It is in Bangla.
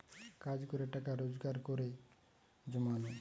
কাজ করে টাকা রোজগার করে জমানো